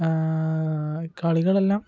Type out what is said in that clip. കളികളെല്ലാം